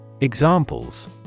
Examples